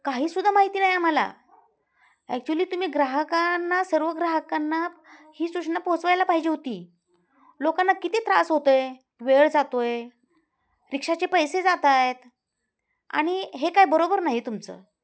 काहीसुद्धा माहिती नाही आम्हाला ॲक्च्युली तुम्ही ग्राहकांना सर्व ग्राहकांना ही सूचना पोहोचवायला पाहिजे होती लोकांना किती त्रास होतो आहे वेळ जातो आहे रिक्षाचे पैसे जात आहेत आणि हे काय बरोबर नाही तुमचं